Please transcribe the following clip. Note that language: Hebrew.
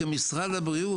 כמשרד הבריאות,